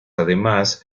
además